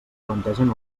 plantegen